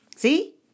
See